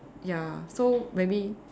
ya so maybe